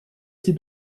sie